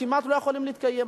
כמעט לא יכולים להתקיים,